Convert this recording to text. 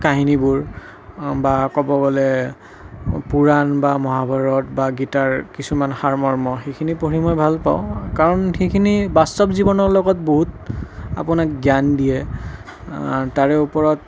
কাহিনীবোৰ বা ক'ব গ'লে পুৰাণ বা মহাভাৰত বা গীতাৰ কিছুমান সাৰমৰ্ম সেইখিনি পঢ়ি মই ভাল পাওঁ কাৰণ সেইখিনি বাস্তৱ জীৱনৰ লগত বহুত আপোনাক জ্ঞান দিয়ে তাৰে ওপৰত